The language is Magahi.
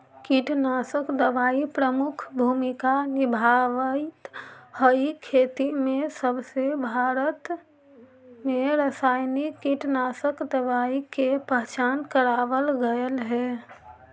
कीटनाशक दवाई प्रमुख भूमिका निभावाईत हई खेती में जबसे भारत में रसायनिक कीटनाशक दवाई के पहचान करावल गयल हे